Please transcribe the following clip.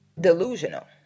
delusional